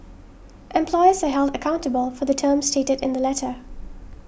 employers are held accountable for the terms stated in the letter